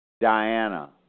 diana